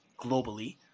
globally